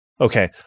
okay